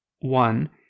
One